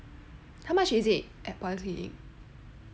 how much is it at polyclinic